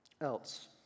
else